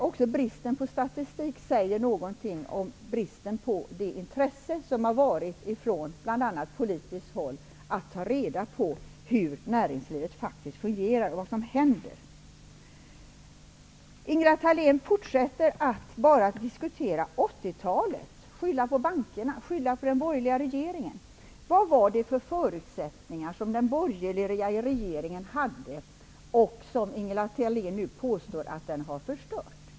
Också bristen på statistik säger något om bristen på intresse från bl.a. politiskt håll att ta reda på hur näringslivet faktiskt fungerar. Ingela Thalén fortsätter att enbart diskutera 80-talet och att skylla på bankerna och på den borgerliga regeringen. Vad var det för förutsättningar som den borgerliga regeringen hade och som Ingela Thalén påstår att den har förstört?